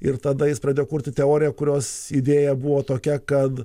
ir tada jis pradėjo kurti teoriją kurios idėja buvo tokia kad